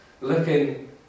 Looking